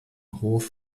hof